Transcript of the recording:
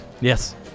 Yes